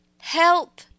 help